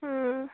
ꯎꯝ